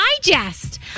Digest